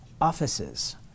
offices